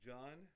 John